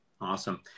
Awesome